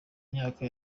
myaka